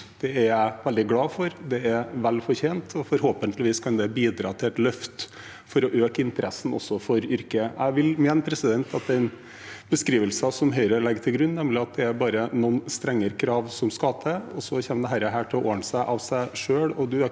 Det er jeg veldig glad for, det er velfortjent, og forhåpentligvis kan det bidra til et løft for å øke interessen også for yrket. Jeg vil mene at beskrivelsen som Høyre legger til grunn, nemlig at det bare er noen strengere krav som skal til, og så kommer dette til å ordne seg av seg selv